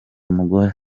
umugore